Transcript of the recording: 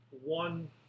One